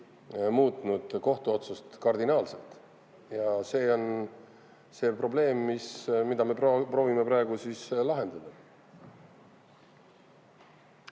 muutnud kohtuotsust kardinaalselt. See on see probleem, mida me proovime praegu lahendada.